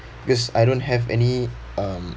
because I don't have any um